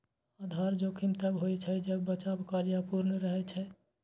आधार जोखिम तब होइ छै, जब बचाव कार्य अपूर्ण रहै छै